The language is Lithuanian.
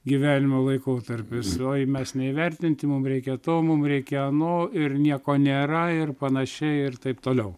gyvenimo laikotarpis oi mes neįvertinti mums reikia to mums reikia ano ir nieko nėra ir panašiai ir taip toliau